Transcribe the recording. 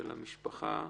באבל המשפחה,